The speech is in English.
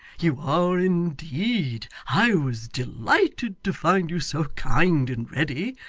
you are indeed. i was delighted to find you so kind and ready.